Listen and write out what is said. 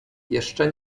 jeszcze